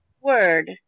word